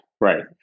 right